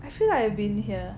I feel like I've been here